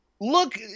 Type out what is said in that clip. Look